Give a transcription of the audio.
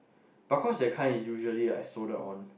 but cause that kind is usually like soldiered on